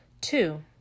Two